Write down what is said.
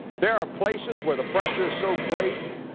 there are places where the pressure is so great,